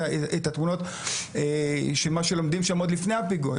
התמונות של מה שלומדים שם עוד לפני הפיגוע.